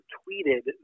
tweeted